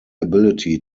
ability